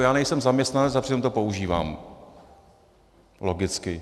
Já nejsem zaměstnanec a přitom to používám logicky.